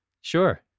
Sure